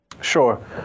sure